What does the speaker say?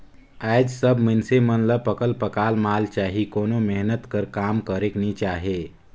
आएज सब मइनसे मन ल पकल पकाल माल चाही कोनो मेहनत कर काम करेक नी चाहे